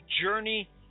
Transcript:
journey